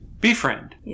befriend